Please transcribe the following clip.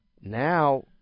Now